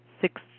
six